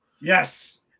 Yes